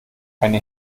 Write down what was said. eine